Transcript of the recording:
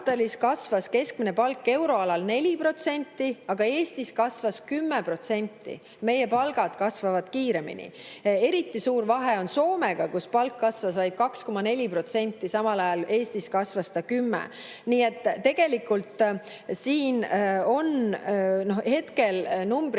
kasvas keskmine palk euroalal 4%, aga Eestis kasvas 10%. Meie palgad kasvavad kiiremini. Eriti suur vahe on Soomega, kus palk kasvas vaid 2,4%, samal ajal Eestis kasvas 10%. Nii et tegelikult siin hetkel numbrid ei